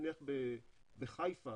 נניח בחיפה,